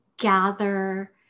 gather